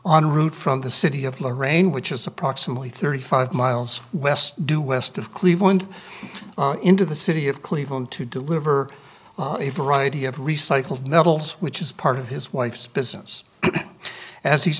on route from the city of lorraine which is approximately thirty five miles west due west of cleveland into the city of cleveland to deliver a variety of recycled metals which is part of his wife's business as he's